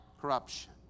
Corruption